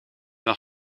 naar